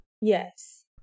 yes